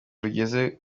rugeze